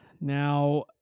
Now